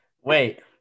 wait